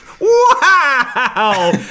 Wow